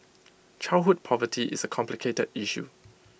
childhood poverty is A complicated issue